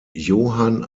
johann